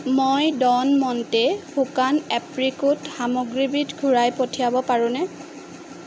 মই Don Monte শুকান apricot সামগ্ৰীবিধ ঘূৰাই পঠিয়াব পাৰোঁনে